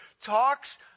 talks